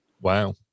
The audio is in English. Wow